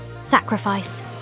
sacrifice